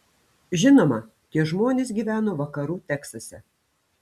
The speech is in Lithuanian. žinoma tie žmonės gyveno vakarų teksase